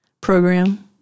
program